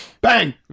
bang